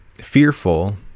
fearful